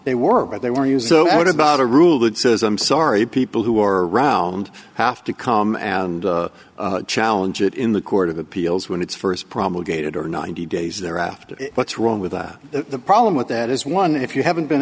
they were but they were you so what about a rule that says i'm sorry people who are around have to come and challenge it in the court of appeals when it's first promulgated or ninety days thereafter what's wrong with that the problem with that is one if you haven't been